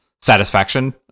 satisfaction